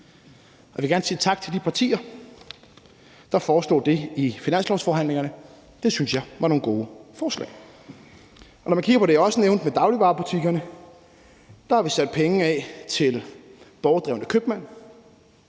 Jeg vil gerne sige tak til de partier, der foreslog det i finanslovsforhandlingerne. Det synes jeg var nogle gode forslag. Når man kigger på det, jeg også nævnte, med dagligvarebutikkerne, har vi sat penge af til borgerdrevne købmænd.